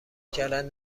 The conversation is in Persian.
کردن